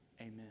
Amen